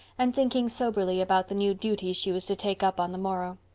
and thinking soberly about the new duties she was to take up on the morrow.